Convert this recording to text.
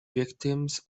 victims